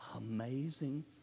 Amazing